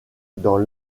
dans